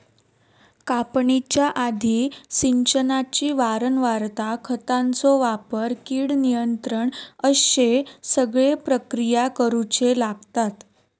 कापणीच्या आधी, सिंचनाची वारंवारता, खतांचो वापर, कीड नियंत्रण अश्ये सगळे प्रक्रिया करुचे लागतत